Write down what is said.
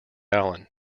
allen